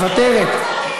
מוותרת,